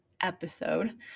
episode